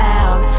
out